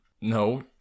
no